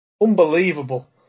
Unbelievable